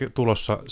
tulossa